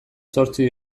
zortzi